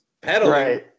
pedaling